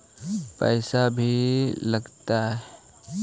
पैसा भी लगतय?